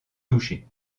touchées